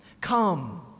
come